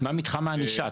מה מתחם הענישה?